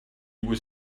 was